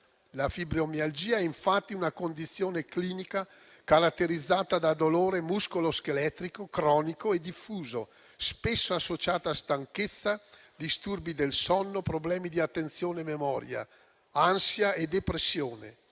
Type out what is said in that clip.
La fibromialgia, infatti, è una condizione clinica caratterizzata da dolore muscolo-scheletrico cronico e diffuso, spesso associata a stanchezza, disturbi del sonno, problemi di attenzione e memoria, ansia e depressione.